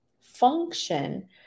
function